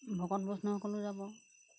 ভকত বৈষ্ণৱ সকলো যাব